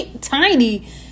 Tiny